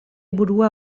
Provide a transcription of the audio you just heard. burua